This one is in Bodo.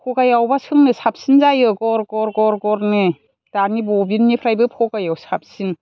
फगायावबा सोंनो साबसिन जायो गर गर गर गरनो दानि बबिननिफ्रायबो फगायाव साबसिन